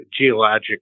geologic